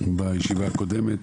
מהישיבה הקודמת.